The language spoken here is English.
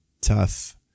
tough